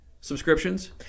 subscriptions